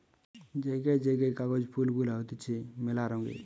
জায়গায় জায়গায় কাগজ ফুল গুলা হতিছে মেলা রঙের